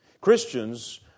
Christians